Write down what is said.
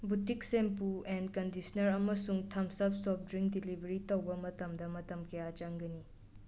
boutique shampoo and conditioner ꯑꯃꯁꯨꯡ Thums Up soft drink delivery ꯇꯧꯕ ꯃꯇꯝꯗ ꯃꯇꯝ ꯀꯌꯥꯝ ꯆꯪꯒꯅꯤ